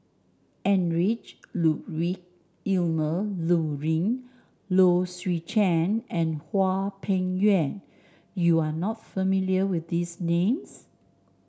Heinrich Ludwig Emil Luering Low Swee Chen and Hwang Peng Yuan You are not familiar with these names